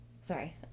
Sorry